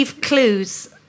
clues